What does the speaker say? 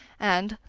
and,